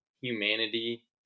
humanity